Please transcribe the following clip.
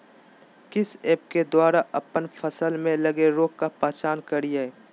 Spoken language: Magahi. किस ऐप्स के द्वारा अप्पन फसल में लगे रोग का पहचान करिय?